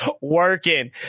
working